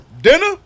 dinner